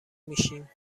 میشیم